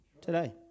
today